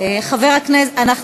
קריאה ראשונה.